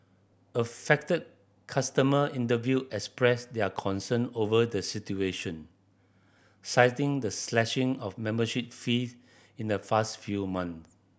affected customer interviewed expressed their concern over the situation citing the slashing of membership fees in the fast few months